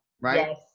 right